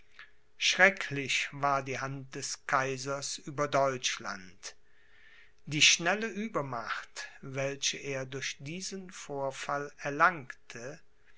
schrecklich war die hand des kaisers über deutschland die schnelle uebermacht welche er durch diesen vorfall erlangte